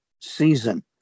season